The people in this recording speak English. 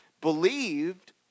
believed